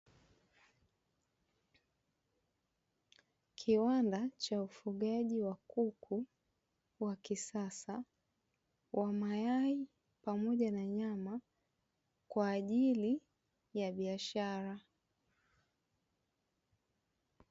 Kiwanda cha ufugaji wa kuku wa kisasa wa mayai, pamoja na nyama kwa ajili ya biashara.